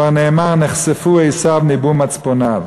כבר נאמר: ״איך נחפשו עֵשַו נִבעו מצפוניו".